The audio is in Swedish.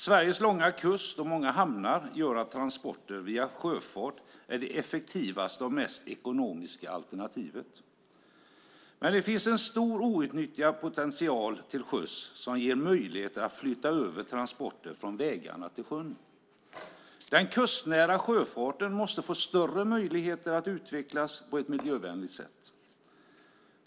Sveriges långa kust och många hamnar gör att transporter via sjöfart är det effektivaste och mest ekonomiska alternativet. Men det finns en stor outnyttjad potential till sjöss som ger möjligheter att flytta över transporter från vägarna till sjön. Den kustnära sjöfarten måste få större möjligheter att utvecklas på ett miljövänligt sätt.